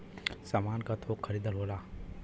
सामान क थोक खरीदी होला